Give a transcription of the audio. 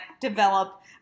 develop